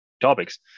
topics